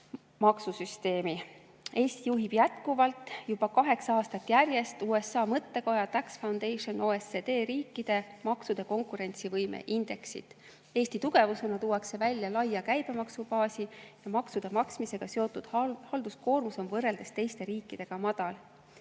Eesti juhib jätkuvalt, juba kaheksa aastat järjest, USA mõttekoja Tax Foundation OECD riikide maksude konkurentsivõime indeksit. Eesti tugevusena tuuakse välja laia käibemaksubaasi ja seda, et maksude maksmisega seotud halduskoormus on võrreldes teiste riikidega madal.